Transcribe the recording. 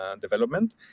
development